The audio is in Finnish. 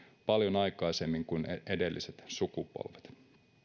paljon aikaisemmin kuin edelliset sukupolvet